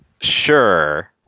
Sure